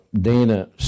Dana